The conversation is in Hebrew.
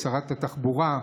לשרת התחבורה,